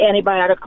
antibiotic